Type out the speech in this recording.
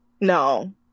No